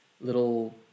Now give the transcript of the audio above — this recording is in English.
little